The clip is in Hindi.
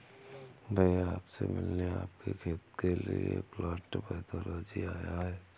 भैया आप से मिलने आपके खेत के लिए प्लांट पैथोलॉजिस्ट आया है